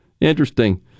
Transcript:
Interesting